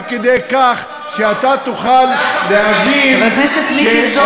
אבל אתה יודע איזה ספק יש?